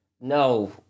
No